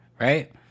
right